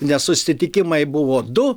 nes susitikimai buvo du